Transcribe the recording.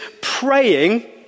praying